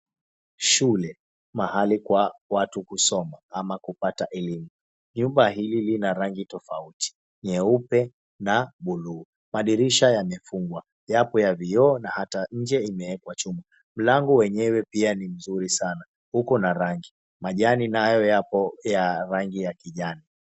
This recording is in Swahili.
Shule mahali kwa watu kusoma ama kupata elimu nyumba hii inarangi tofauti nyeupe na blue , madirisha yamefungwa yapo ya vioo na hata nje yamewekwa chuma mlango wenyewe ni mzuri sana uko na rangi, majani nayo yapo ya rangi ya kijani.